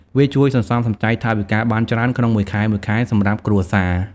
វាជួយសន្សំសំចៃថវិកាបានច្រើនក្នុងមួយខែៗសម្រាប់គ្រួសារ។